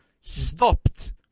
stopped